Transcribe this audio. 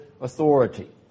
authority